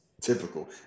Typical